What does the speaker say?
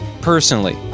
personally